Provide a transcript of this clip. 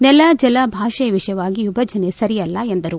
ನೆಲ ಜಲ ಭಾಷೆ ವಿಷಯವಾಗಿ ವಿಭಜನೆ ಸರಿಯಲ್ಲ ಎಂದರು